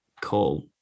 call